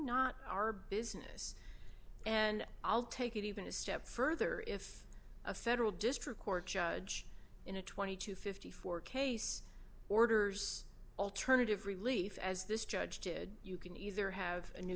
not our business and i'll take it even a step further if a federal district court judge in a twenty to fifty four case orders alternative relief as this judge did you can either have a new